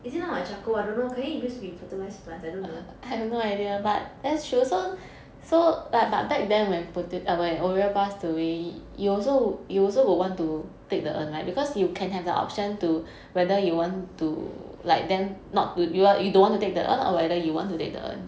is it not like charcoal can it be used to fertilize plants I don't know